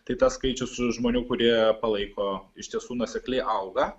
tai tas skaičius žmonių kurie palaiko iš tiesų nuosekliai auga